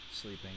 sleeping